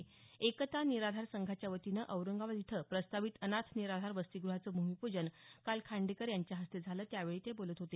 एकता निराधार संघाच्या वतीनं औरंगाबाद इथं प्रस्तावित अनाथ निराधार वसतीग्रहाचं भूमीपूजन काल खांडेकर यांच्या हस्ते झालं त्यावेळी ते बोलत होते